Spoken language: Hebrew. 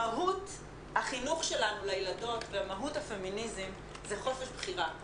מהות החינוך שלנו לילדות ומהות הפמיניזם היא חופש בחירה,